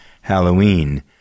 Halloween